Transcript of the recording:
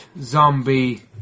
zombie